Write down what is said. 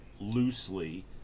loosely